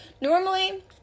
normally